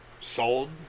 sold